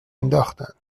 انداختن